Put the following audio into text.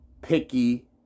picky